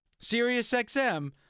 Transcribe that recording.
SiriusXM